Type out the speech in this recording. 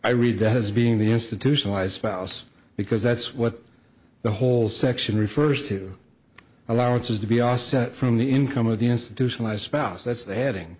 i read that as being the institutionalized spouse because that's what the whole section refers to allowances to be all set from the income of the institutionalized spouse that's the heading